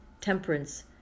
temperance